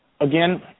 Again